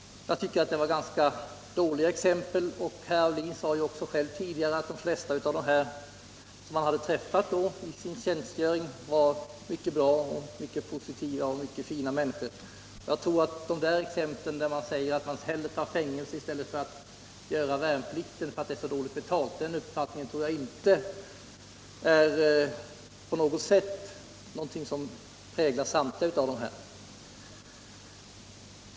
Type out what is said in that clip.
Jag tycker att det var ganska dåliga exempel. Och = vapenfrilagen, herr Aulin sade också själv tidigare att de flesta av dem som han träffat — m.m. i sin tjänstgöring var mycket positiva och fina människor. Uppfattningen att man hellre skulle ta fängelse än göra värnplikten därför att värnplikten är så dåligt betald, tror jag inte på något sätt präglar samtliga som det är fråga om.